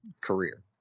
career